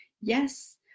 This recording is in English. Yes